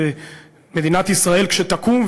מדינת ישראל כשתקום,